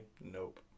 Nope